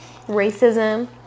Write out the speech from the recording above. racism